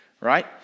Right